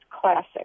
classic